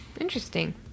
Interesting